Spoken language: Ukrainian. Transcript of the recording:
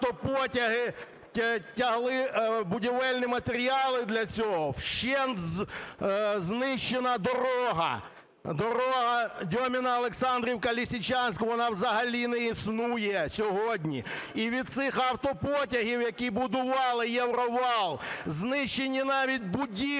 автопотяги тягли будівельні матеріали для цього, вщент знищена дорога, дорога Дьоміне-Олександрівка-Лисичанськ, вона взагалі не існує сьогодні. І від цих автопотягів, які будували "Євровал", знищені навіть будівлі